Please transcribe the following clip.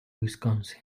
wisconsin